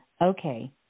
Okay